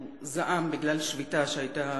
הוא זעם בגלל שביתה שהיתה